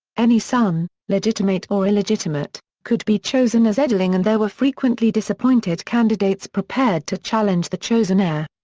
any son, legitimate or illegitimate, could be chosen as edling and there were frequently disappointed candidates prepared to challenge the chosen heir.